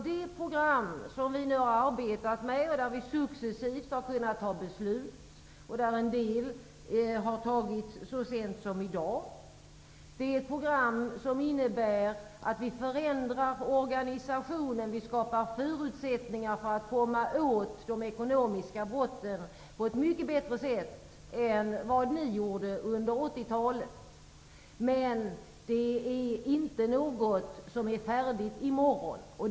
Det program som vi nu har arbetat med, som vi successivt har kunnat fatta beslut om -- en del beslut har fattats så sent som i dag -- innebär att vi förändrar organisationen och skapar förutsättningar för att komma åt de ekonomiska brotten på ett mycket bättre sätt än vad ni gjorde under 80-talet. Men det är inte något som är färdigt i morgon.